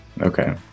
Okay